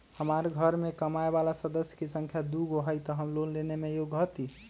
हमार घर मैं कमाए वाला सदस्य की संख्या दुगो हाई त हम लोन लेने में योग्य हती?